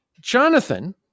Jonathan